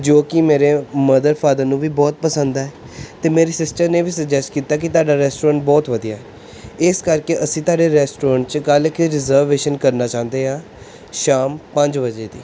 ਜੋ ਕਿ ਮੇਰੇ ਮਦਰ ਫਾਦਰ ਨੂੰ ਵੀ ਬਹੁਤ ਪਸੰਦ ਹੈ ਅਤੇ ਮੇਰੀ ਸਿਸਟਰ ਨੇ ਵੀ ਸਜੈਸਟ ਕੀਤਾ ਕਿ ਤੁਹਾਡਾ ਰੈਸਟੋਰੈਂਟ ਬਹੁਤ ਵਧੀਆ ਇਸ ਕਰਕੇ ਅਸੀਂ ਤੁਹਾਡੇ ਰੈਸਟੋਰੈਂਟ 'ਚ ਕੱਲ੍ਹ ਇੱਕ ਰਿਜ਼ਰਵੇਸ਼ਨ ਕਰਨਾ ਚਾਹੁੰਦੇ ਹਾਂ ਸ਼ਾਮ ਪੰਜ ਵਜੇ ਦੀ